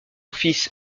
fils